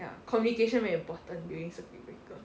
ya communication very important during circuit breaker